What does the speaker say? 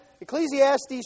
Ecclesiastes